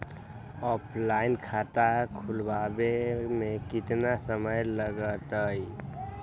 Offline खाता खुलबाबे में केतना समय लगतई?